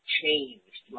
changed